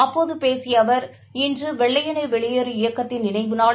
அப்போது பேசிய அவர் இன்று வெள்ளையனே வெளியேறு இயக்கத்தின் நினைவு நாள்